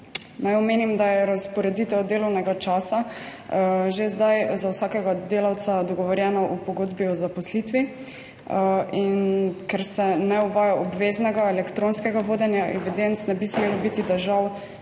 Naj omenim, da je razporeditev delovnega časa že zdaj za vsakega delavca dogovorjena v pogodbi o zaposlitvi. In ker se ne uvaja obveznega elektronskega vodenja evidenc, ne bi smelo biti težav,